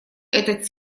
этот